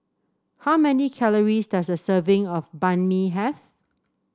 how many calories does a serving of Banh Mi have